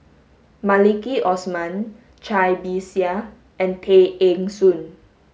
Maliki Osman Cai Bixia and Tay Eng Soon